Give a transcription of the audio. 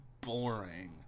boring